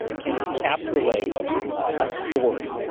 can encapsulate a story.